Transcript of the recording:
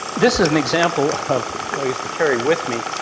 this is an example of what i used to carry with me.